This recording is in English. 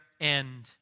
end